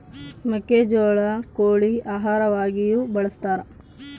ಮೆಕ್ಕೆಜೋಳ ಕೋಳಿ ಆಹಾರವಾಗಿಯೂ ಬಳಸತಾರ